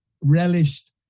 relished